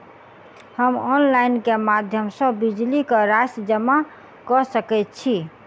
हम ऑनलाइन केँ माध्यम सँ बिजली कऽ राशि जमा कऽ सकैत छी?